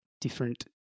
different